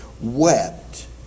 wept